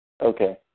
Okay